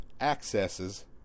accesses